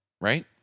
right